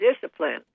discipline